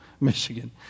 Michigan